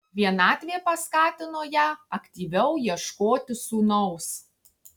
vienatvė paskatino ją aktyviau ieškoti sūnaus